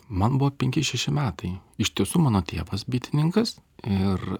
man buvo penki šeši metai iš tiesų mano tėvas bitininkas ir